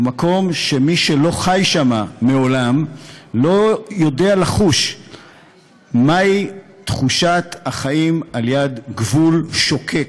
הוא מקום שמי שלא חי בו מעולם לא יודע מהי תחושת החיים ליד גבול שוקק,